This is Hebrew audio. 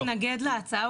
כששר רוצה להתנגד להצעה,